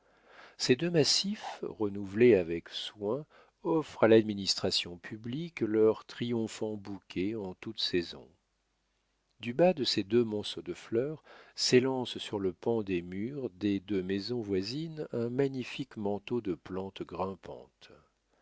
ces deux massifs renouvelés avec soin offrent à l'admiration publique leurs triomphants bouquets en toute saison du bas de ces deux monceaux de fleurs s'élance sur le pan des murs des deux maisons voisines un magnifique manteau de plantes grimpantes